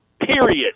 Period